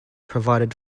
provided